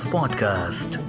Podcast